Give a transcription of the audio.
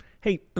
Hey